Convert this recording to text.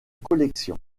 collection